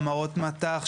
המרות מט"ח,